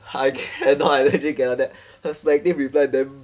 I cannot I really cannot her selective reply damn